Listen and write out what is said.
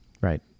Right